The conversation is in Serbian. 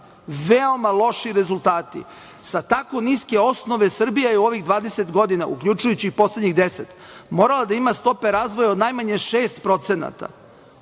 Veoma loši rezultati. Sa tako niske osnove Srbija je u ovih 20 godina, uključujući poslednjih deset morala da ima stope razvoja od najmanje 6% svake